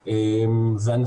ביותר.